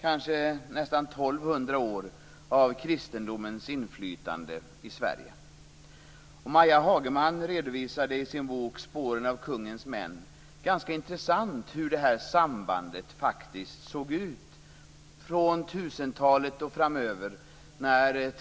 kanske nästan 1 200 år, av kristendomens inflytande i Sverige. Maja Hagerman redovisade i sin bok Spåren av kungens män ganska intressant hur det här sambandet faktiskt såg ut från 1000-talet och framöver.